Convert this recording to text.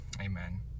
Amen